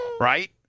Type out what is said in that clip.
Right